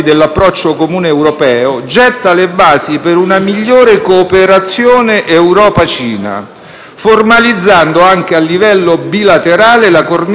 formalizzando, anche a livello bilaterale, la cornice legale multilaterale europea di tutti i futuri accordi economici e commerciali.